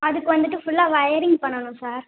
அதுக்கு வந்துவிட்டு ஃபுல்லாக ஒயரிங் பண்ணணும் சார்